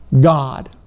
God